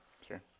sure